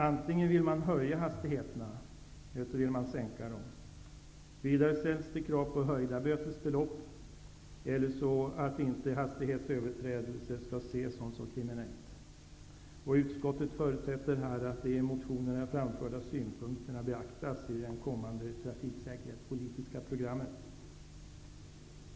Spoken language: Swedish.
Motionärerna vill antingen höja hastighetsgränserna eller sänka dem. Vidare ställs krav på höjda bötesbelopp eller också på att hastighetsöverträdelser inte skall ses som så kriminella. Utskottet förutsätter att de i motionerna framförda synpunkterna beaktas i det kommande trafiksäkerhetspolitiska programmet.